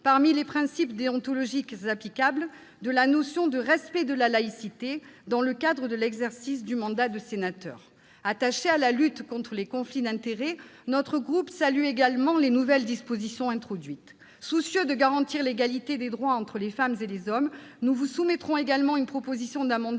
parmi les principes déontologiques applicables, de celui de « respect de la laïcité » dans le cadre de l'exercice du mandat de sénateur. Attaché à la lutte contre les conflits d'intérêts, notre groupe salue également les nouvelles dispositions introduites. Soucieux de garantir l'égalité des droits entre les femmes et les hommes, nous vous soumettrons par ailleurs une proposition d'amendement